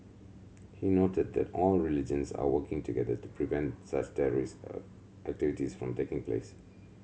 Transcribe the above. he noted that all religions are working together to prevent such terrorist a activities from taking place